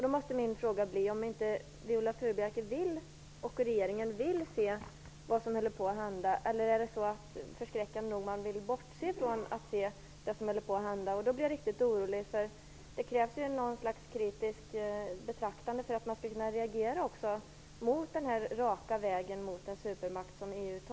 Då måste min fråga bli: Vill inte Viola Furubjelke och regeringen se vad som håller på att hända, eller vill man, förskräckande nog, bortse från det som håller på att hända? Då blir jag riktigt orolig, för det krävs något slags kritiskt betraktande för att man skall kunna reagera mot den här raka vägen mot en supermakt som EU väljer.